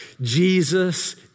Jesus